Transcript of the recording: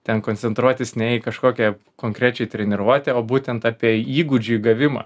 ten koncentruotis ne į kažkokią konkrečiai treniruotę o būtent apie įgūdžių įgavimą